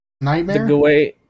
Nightmare